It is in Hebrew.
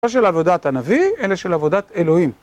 לא של עבודת הנביא, אלא של עבודת אלוהים.